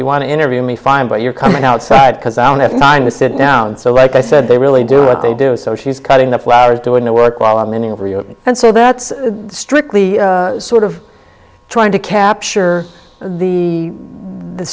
you want to interview me fine but you're coming outside because i don't have time to sit down and so like i said they really do what they do so she's cutting the flowers doing the work while i'm leaning over you and so that's strictly sort of trying to capture the